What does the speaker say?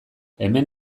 hemen